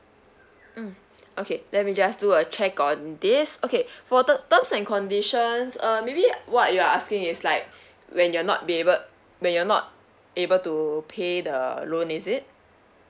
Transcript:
mm okay let me just do a check on this okay for the terms and conditions uh maybe what you're asking is like when you're not be able when you're not able to pay the loan is it